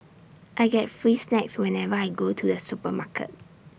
I get free snacks whenever I go to the supermarket